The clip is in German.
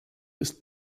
ist